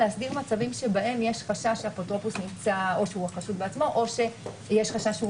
להסדיר מצבים שבהם יש חשש שהאפוטרופוס הוא החשוד בעצמו או שיש חשד שהוא